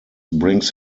brings